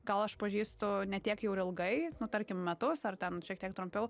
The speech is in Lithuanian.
gal aš pažįstu ne tiek jau ir ilgai nu tarkim metus ar ten šiek tiek trumpiau